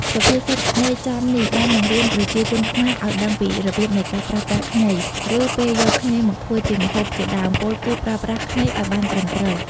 សុភាសិតន័យចំនេះបានបង្រៀនប្រជាជានខ្មែរឲ្យដឹងពីរបៀបនៃការប្រើប្រាស់ខ្ញី ឬពេលយកខ្ញីមកធ្វើជាម្ហូបជាដើម ពោលគឺប្រើប្រាស់ខ្ញីឲ្យបានត្រឹមត្រូវ។